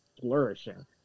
flourishing